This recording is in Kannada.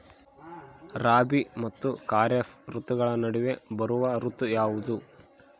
ರಾಬಿ ಮತ್ತು ಖಾರೇಫ್ ಋತುಗಳ ನಡುವೆ ಬರುವ ಋತು ಯಾವುದು?